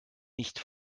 nicht